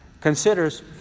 considers